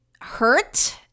hurt